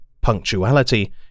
Punctuality